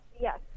Yes